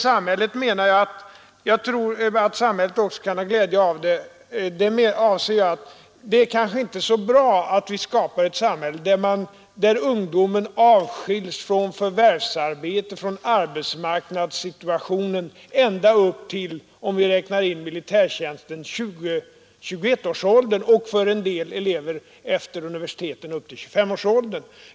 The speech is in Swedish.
Jag tror också att samhället kan ha glädje av detta. Jag anser att det kanske inte är så bra att vi skapar ett samhälle, där ungdomen avskiljs från arbetsmarknadssituationen ända upp till — om vi räknar in militärtjänsten — 20—21-årsåldern och för en del elever efter universitetet upp till 25-årsåldern.